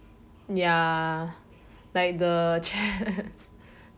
ya like the chat